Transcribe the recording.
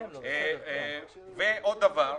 עוד דבר,